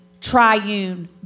triune